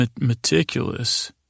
meticulous